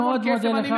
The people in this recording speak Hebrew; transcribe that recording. אני מאוד מודה לך,